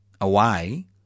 away